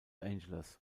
angeles